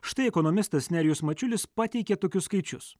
štai ekonomistas nerijus mačiulis pateikė tokius skaičius